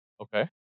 Okay